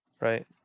Right